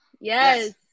Yes